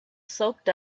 soaked